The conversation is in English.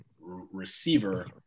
receiver